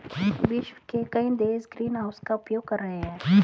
विश्व के कई देश ग्रीनहाउस का उपयोग कर रहे हैं